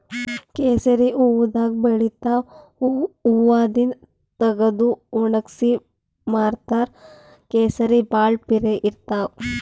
ಕೇಸರಿ ಹೂವಾದಾಗ್ ಬೆಳಿತಾವ್ ಹೂವಾದಿಂದ್ ತಗದು ವಣಗ್ಸಿ ಮಾರ್ತಾರ್ ಕೇಸರಿ ಭಾಳ್ ಪಿರೆ ಇರ್ತವ್